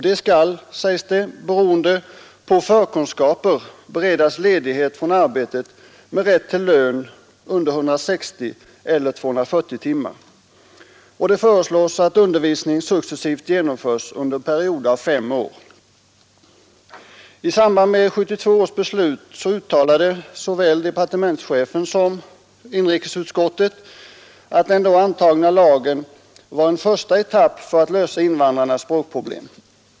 De skall, beroende på förskunskaper, beredas ledighet från arbetet med rätt till lön under 160 eller 240 timmar. Det föreslås att undervisningen successivt genomförs under en period av 5 år. I samband med 1972 års beslut uttalade såväl departementschefen som inrikesutskottet att den då antagna lagen var en första etapp för att lösa invandrarnas språkproblem.